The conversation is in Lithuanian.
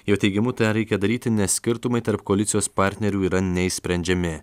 jo teigimu tą reikia daryti nes skirtumai tarp koalicijos partnerių yra neišsprendžiami